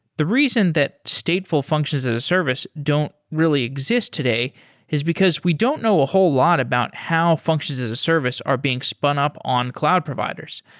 the reason that stateful functions as a service don't really exist today is because we don't know a whole lot about how functions as a service are being spun up on cloud providers.